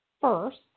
first